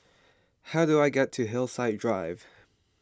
how do I get to Hillside Drive